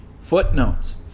Footnotes